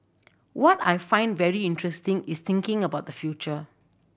what I find very interesting is thinking about the future